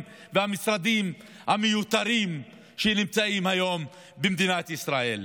והמשרדים המיותרים שנמצאים היום במדינת ישראל.